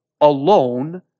alone